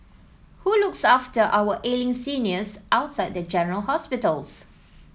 who looks after our ailing seniors outside of general hospitals